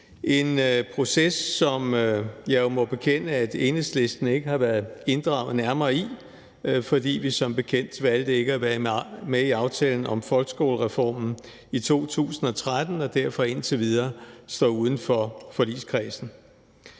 en proces, som jeg jo må bekende at Enhedslisten ikke har været inddraget nærmere i, fordi vi som bekendt valgte ikke at være med i aftalen om folkeskolereformen i 2013 og derfor indtil videre står uden for forligskredsen.